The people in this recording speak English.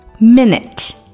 Minute